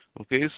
Okay